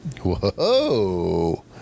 Whoa